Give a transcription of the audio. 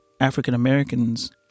African-Americans